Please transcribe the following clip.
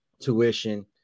tuition